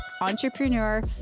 entrepreneur